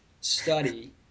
study